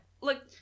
Look